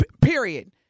Period